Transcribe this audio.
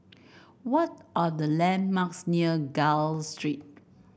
what are the landmarks near Gul Street